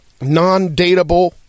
non-dateable